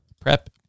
prep